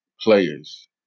players